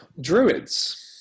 Druids